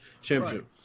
Championship